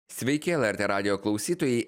sveiki lrt radijo klausytojai